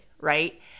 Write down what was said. right